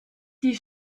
die